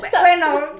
bueno